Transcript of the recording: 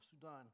Sudan